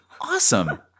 awesome